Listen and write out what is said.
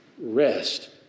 rest